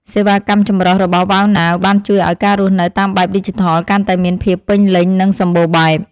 សេវាកម្មចម្រុះរបស់វ៉ៅណាវបានជួយឱ្យការរស់នៅតាមបែបឌីជីថលកាន់តែមានភាពពេញលេញនិងសម្បូរបែប។